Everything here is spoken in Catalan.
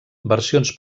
versions